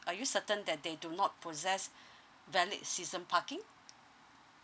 are you certain that they do not possess valid season parking